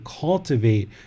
cultivate